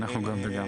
אנחנו גם וגם.